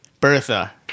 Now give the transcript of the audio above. Bertha